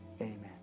amen